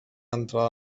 entrada